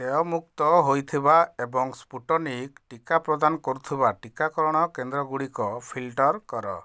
ଦେୟଯୁକ୍ତ ହୋଇଥିବା ଏବଂ ସ୍ପୁଟନିକ୍ ଟୀକା ପ୍ରଦାନ କରୁଥିବା ଟୀକାକରଣ କେନ୍ଦ୍ର ଗୁଡ଼ିକ ଫିଲ୍ଟର୍ କର